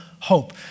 hope